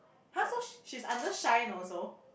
!huh! so she she's under Shine also